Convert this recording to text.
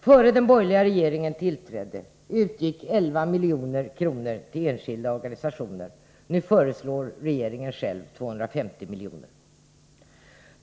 Innan den borgerliga regeringen tillträdde utgick 11 milj.kr. till enskilda organisationer. Nu föreslår regeringen 250 milj.kr.